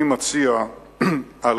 אני מציע לשר החינוך,